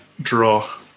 draw